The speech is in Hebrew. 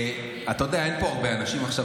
אתה יודע, אין פה הרבה אנשים עכשיו.